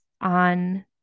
on